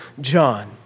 John